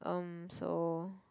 um so